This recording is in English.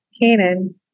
Canaan